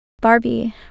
Barbie